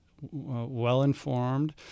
well-informed